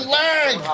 leg